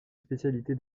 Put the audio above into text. spécialité